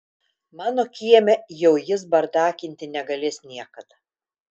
mano kieme jau jis bardakinti negalės niekada